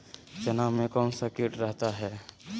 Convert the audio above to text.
चना में कौन सा किट रहता है?